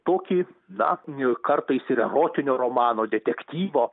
tokį na kartais ir erotinio romano detektyvo